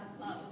love